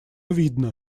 видно